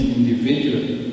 individually